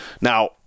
Now